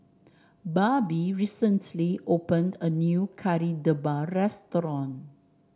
Barbie recently opened a new Kari Debal restaurant